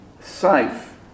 safe